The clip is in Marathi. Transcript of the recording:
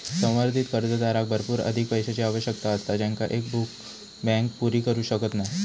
संवर्धित कर्जदाराक भरपूर अधिक पैशाची आवश्यकता असता जेंका एक बँक पुरी करू शकत नाय